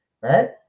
right